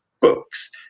books